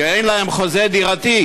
כי אין להם חוזה דירתי,